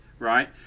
Right